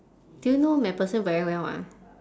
do you know macpherson very well ah